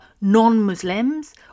non-muslims